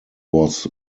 was